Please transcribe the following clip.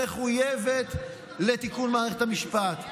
מחויבת לתיקון מערכת המשפט.